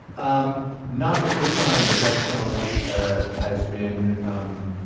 um not the first time that travis kalanick has been, um,